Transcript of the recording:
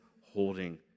holding